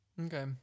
okay